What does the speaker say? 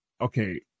okay